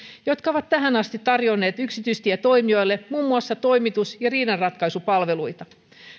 jotka ovat tähän asti tarjonneet yksityistietoimijoille muun muassa toimitus ja riidanratkaisupalveluita